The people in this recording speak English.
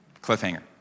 Cliffhanger